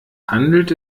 handelt